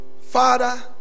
father